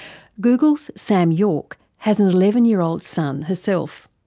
google's sam yorke has an eleven year old son herself.